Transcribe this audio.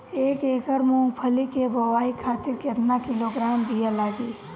एक एकड़ मूंगफली क बोआई खातिर केतना किलोग्राम बीया लागी?